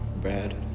Brad